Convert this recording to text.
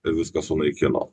viską sunaikino